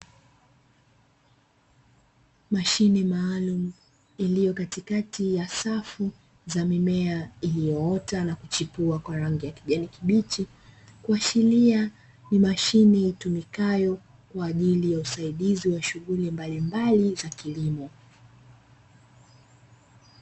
Mashine maalum iliyo katikati ya safu za mimea iliyoota na kuchipua kwa rangi ya kijani kibichi, kuashiria ni mashine ya itumikayo kwa ajili ya usaidizi wa shughuli mbalimbali za kilimo.